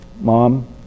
mom